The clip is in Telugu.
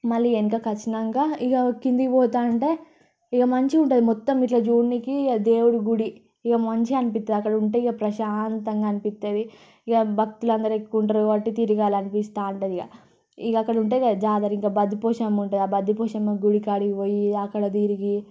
మళ్ళీ వెనకకి వచ్చాక ఇక కిందికి పోతా ఉంటే ఇక మంచిగా ఉంటుంది మొత్తం ఇట్లా చూడనీకి దేవుడి గుడి ఇక మంచిగా అనిపిస్తుంది అక్కడ ఉంటే ఇక ప్రశాంతంగా అనిపిస్తుంది ఇక భక్తులు అందరూ ఎక్కువ ఉంటారు కాబట్టి తిరగాలనిపిస్తూ ఉంటుంది ఇక ఇక అక్కడ ఉంటే జాతర ఇంకా బద్దిపోశమ్మ ఉంటుంది బద్దిపోశమ్మ గుడి కాడికి పోయి అక్కడ దిరిగి